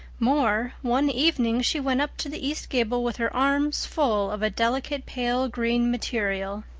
more one evening she went up to the east gable with her arms full of a delicate pale green material.